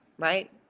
right